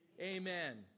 amen